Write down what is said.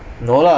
no lah